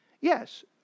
Yes